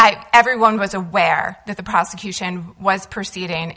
i everyone was aware that the prosecution was proceed